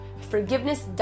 forgiveness